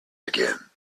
again